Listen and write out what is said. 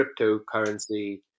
cryptocurrency